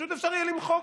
פשוט אפשר יהיה למחוק,